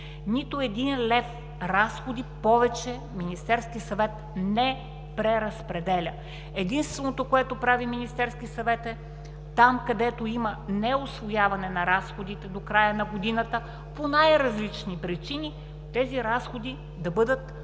Нито един лев разходи повече Министерският съвет не преразпределя. Единственото, което прави Министерският съвет, е: там, където има неусвояване на разходите до края на годината по най-различни причини тези разходи да бъдат